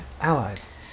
allies